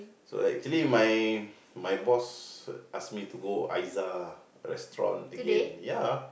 so actually my my boss ask me to go Ayza restaurant again ya